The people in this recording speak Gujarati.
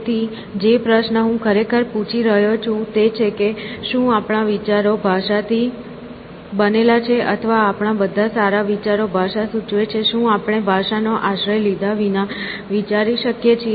તેથી જે પ્રશ્ન હું ખરેખર પૂછી રહ્યો છું તે છે કે શું આપણા વિચારો ભાષાથી બનેલા છે અથવા આપણા બધા સારા વિચારો ભાષા સૂચવે છે શું આપણે ભાષા નો આશ્રય લીધા વિના વિચારી શકીએ છીએ